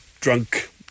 drunk